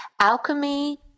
Alchemy